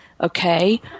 okay